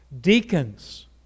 deacons